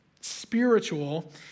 spiritual